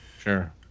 sure